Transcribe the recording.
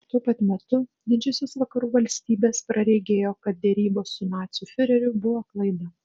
tuo pat metu didžiosios vakarų valstybės praregėjo kad derybos su nacių fiureriu buvo klaida